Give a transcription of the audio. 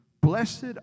Blessed